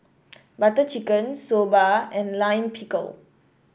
Butter Chicken Soba and Lime Pickle